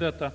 Jag